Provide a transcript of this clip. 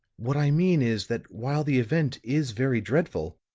what i mean is, that while the event is very dreadful